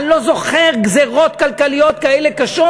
אני לא זוכר גזירות כלכליות כאלה קשות,